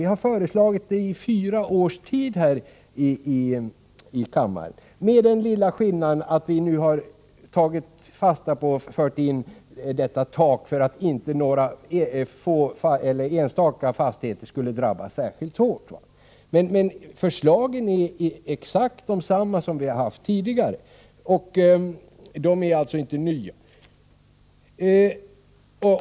Vi har föreslagit detta i fyra års tid här i kammaren, bara med den lilla skillnaden att vi nu har fört in ett tak för att inte några enstaka fastigheter skulle drabbas särskilt hårt. Själva förslaget är exakt detsamma som vi har haft tidigare och är alltså inte nytt.